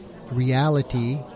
reality